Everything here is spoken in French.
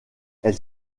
elle